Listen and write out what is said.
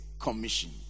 commission